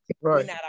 Right